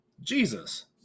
Jesus